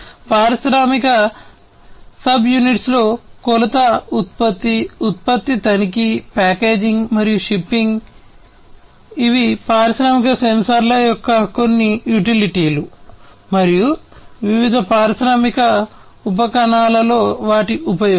కాబట్టి పారిశ్రామిక సబ్యూనిట్స్లో కొలత ఉత్పత్తి ఉత్పత్తి తనిఖీ ప్యాకేజింగ్ మరియు షిప్పింగ్ ఇవి పారిశ్రామిక సెన్సార్ల యొక్క కొన్ని యుటిలిటీలు మరియు వివిధ పారిశ్రామిక ఉపకణాలలో వాటి ఉపయోగం